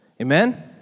amen